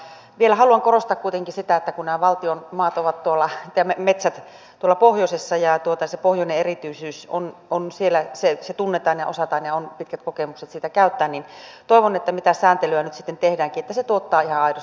vielä haluan korostaa kuitenkin sitä että kun nämä valtion metsät ovat tuolla pohjoisessa ja se pohjoinen erityisyys siellä tunnetaan ja osataan ja on pitkät kokemukset sitä käyttää niin toivon mitä sääntelyä nyt sitten tehdäänkin että se tuottaa ihan aidosti lisäarvoa valtion metsille